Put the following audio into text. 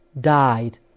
died